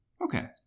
okay